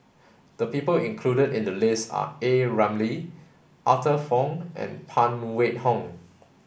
the people included in the list are A Ramli Arthur Fong and Phan Wait Hong